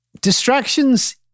Distractions